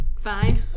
fine